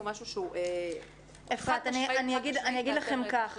משהו שהוא אחד ה --- אני אגיד לכם ככה,